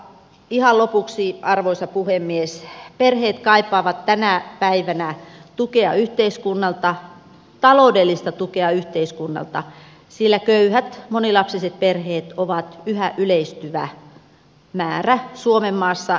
ihan lopuksi arvoisa puhemies perheet kaipaavat tänä päivänä taloudellista tukea yhteiskunnalta sillä köyhät monilapsiset perheet ovat yhä yleistyvä ilmiö suomen maassa